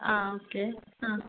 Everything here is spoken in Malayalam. ആ ഓക്കെ ആ